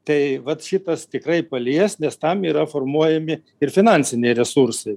tai vat šitas tikrai palies nes tam yra formuojami ir finansiniai resursai